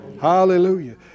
Hallelujah